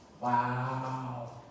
Wow